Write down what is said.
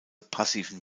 passiven